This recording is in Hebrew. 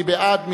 מי בעד?